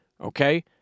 okay